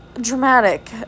dramatic